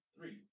three